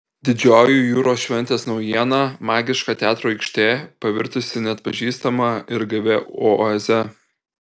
didžioji jūros šventės naujiena magiška teatro aikštė pavirtusi neatpažįstama ir gaivia oaze